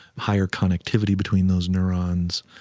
higher connectivity between those neurons,